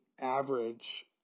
average